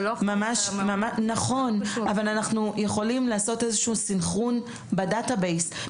אנחנו יכולים לעשות איזשהו סנכרון בדאטא בייס.